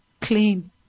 clean